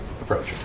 approach